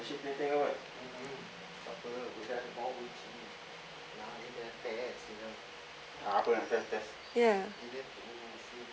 ya